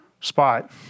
spot